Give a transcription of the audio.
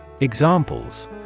Examples